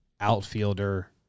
outfielder